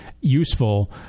useful